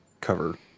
Cover